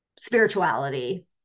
spirituality